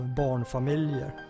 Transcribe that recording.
barnfamiljer